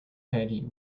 petty